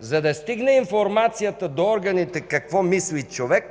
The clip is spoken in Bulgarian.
За да стигне информацията до органите какво мисли човек,